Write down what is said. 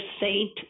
Saint